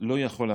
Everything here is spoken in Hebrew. לא יכול להחריש.